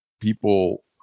people